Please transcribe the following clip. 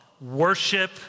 worship